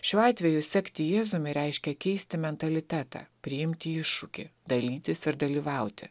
šiuo atveju sekti jėzumi reiškia keisti mentalitetą priimti iššūkį dalytis ir dalyvauti